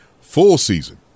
full-season